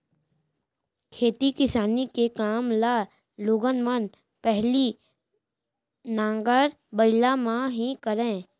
खेती किसानी के काम ल लोगन मन पहिली नांगर बइला म ही करय